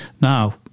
Now